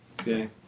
Okay